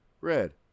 red